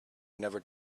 never